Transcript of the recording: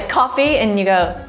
coffee! and you go,